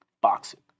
boxing